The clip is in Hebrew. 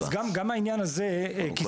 גם את העניין הזה כיסינו,